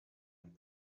and